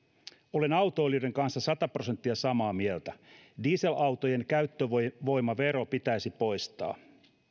olen autoilijoiden kanssa sata prosenttia samaa mieltä dieselautojen käyttövoimavero pitäisi poistaa